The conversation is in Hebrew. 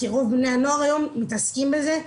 כי רוב בני הנוער היום מתעסקים בזה,